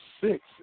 six